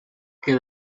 que